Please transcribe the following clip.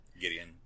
Gideon